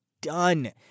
done